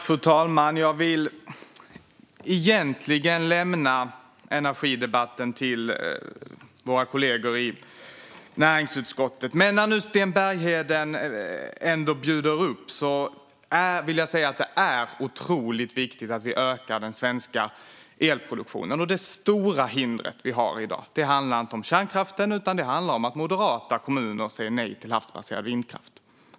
Fru talman! Jag vill egentligen lämna energidebatten till våra kollegor i näringsutskottet, men när Sten Bergheden nu ändå bjuder upp vill jag säga att det är otroligt viktigt att vi ökar den svenska elproduktionen. Det stora hindret vi har i dag handlar inte om kärnkraften utan om att moderata kommuner säger nej till havsbaserad vindkraft.